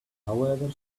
however